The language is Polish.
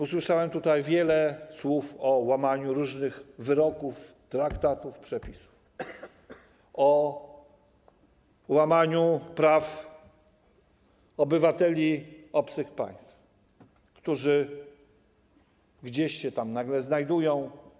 Usłyszałem tutaj wiele słów o łamaniu różnych wyroków, traktatów, przepisów, o łamaniu praw obywateli obcych państw, którzy gdzieś się tam nagle znajdują.